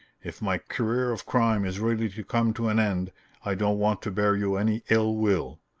if my career of crime is really to come to an end i don't want to bear you any ill will.